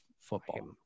football